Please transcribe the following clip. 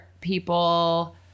people